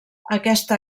aquesta